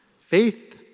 Faith